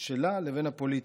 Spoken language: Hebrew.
שלה לבין הפוליטיקה.